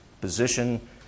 position